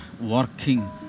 working